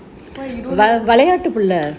why you don't know